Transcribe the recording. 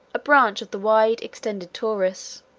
a branch of the wide-extended taurus,